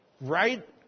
Right